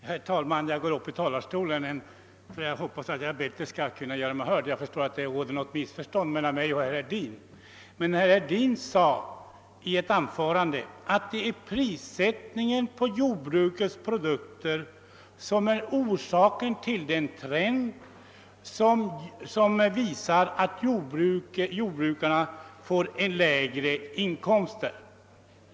Herr talman! Jag talar från talarstolen för att bättre göra mig hörd; jag förstår att det tidigare har uppstått något missförstånd mellan herr Hedin och mig. Herr Hedin sade att prissättningen på jordbrukets produkter är orsaken till att jordbrukarna har lägre inkomster.